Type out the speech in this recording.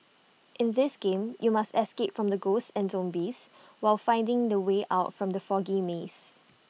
in this game you must escape from ghosts and zombies while finding the way out from the foggy maze